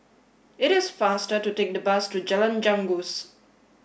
it is faster to take the bus to Jalan Janggus